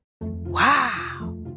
Wow